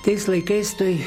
tais laikais toj